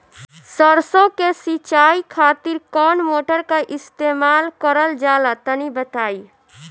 सरसो के सिंचाई खातिर कौन मोटर का इस्तेमाल करल जाला तनि बताई?